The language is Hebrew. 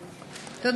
זאת אומרת,